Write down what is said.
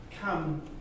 come